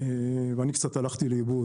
ואני קצת הלכתי לאיבוד.